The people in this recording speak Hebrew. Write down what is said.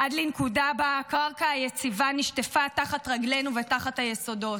עד לנקודה שבה הקרקע היציבה נשטפה תחת רגלינו ותחת היסודות.